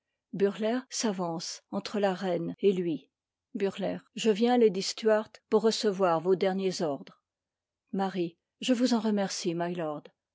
burleigh s'avance entre la reine et lui burley je viens lady stuart pour recevoir vos der niers ordres je vous en remercie